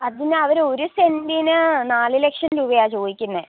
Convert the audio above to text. അതിന് അവർ ഒരു സെൻ്റിന് നാല് ലക്ഷം രൂപയാണ് ചോദിക്കുന്നത്